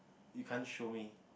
you can't show me